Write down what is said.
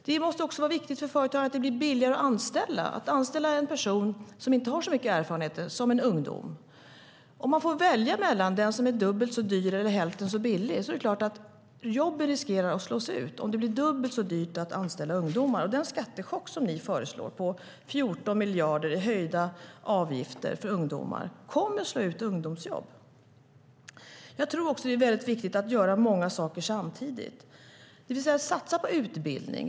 Det måste också vara viktigt för företagen att det blir billigare att anställa en person som inte har så mycket erfarenhet, som en ungdom. Om man får välja mellan den som är dyr eller billig är det klart att jobben riskerar att slås ut om det blir dubbelt så dyrt att anställa ungdomar. Den skattechock på 14 miljarder i höjda avgifter för ungdomar som ni föreslår kommer att slå ut ungdomsjobb. Jag tror också att det är väldigt viktigt att göra många saker samtidigt. Det handlar om att satsa på utbildning.